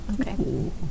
Okay